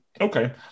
okay